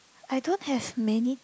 I don't have many